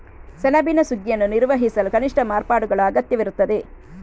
ಸೆಣಬಿನ ಸುಗ್ಗಿಯನ್ನು ನಿರ್ವಹಿಸಲು ಕನಿಷ್ಠ ಮಾರ್ಪಾಡುಗಳ ಅಗತ್ಯವಿರುತ್ತದೆ